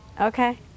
Okay